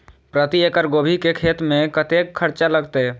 प्रति एकड़ गोभी के खेत में कतेक खर्चा लगते?